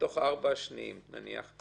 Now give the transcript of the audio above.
בארבע השנים השניות.